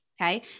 Okay